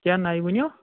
کیٛاہ نَیہِ ؤنِو